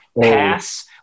pass